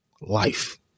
life